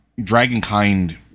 Dragonkind